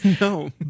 No